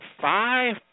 five